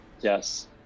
yes